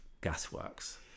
Gasworks